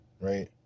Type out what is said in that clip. right